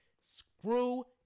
screw